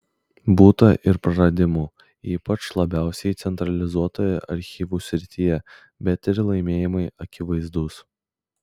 būta ir praradimų ypač labiausiai centralizuotoje archyvų srityje bet ir laimėjimai akivaizdūs